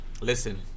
listen